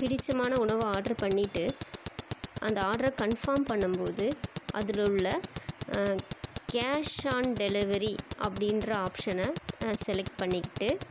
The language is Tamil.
பிடிச்சமான்ன உணவை ஆர்ட்ரு பண்ணிவிட்டு அந்த ஆர்ட்ரை கன்ஃபார்ம் பண்ணும்போது அதில் உள்ள கேஷ் ஆன் டெலிவரி அப்படின்ற ஆப்ஷன்ன செலக்ட் பண்ணிக்கிட்டு